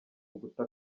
uguta